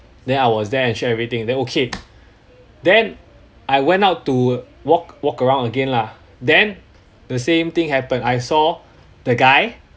then I was there and share everything then okay then I went out to walk walk around again lah then the same thing happened I saw the guy